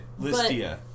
Listia